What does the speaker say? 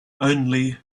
only